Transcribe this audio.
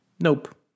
Nope